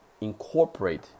incorporate